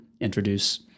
introduce